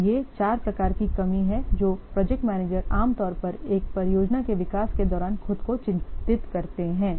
तो ये चार प्रकार की कमी हैं जो प्रोजेक्ट मैनेजर आमतौर पर एक परियोजना के विकास के दौरान खुद को चिंतित करते हैं